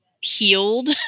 healed